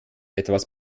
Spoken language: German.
etwas